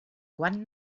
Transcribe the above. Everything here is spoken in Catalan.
quan